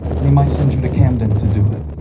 and he might send you to camden to do it.